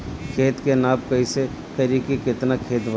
खेत के नाप कइसे करी की केतना खेत बा?